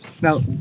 Now